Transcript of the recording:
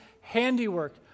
handiwork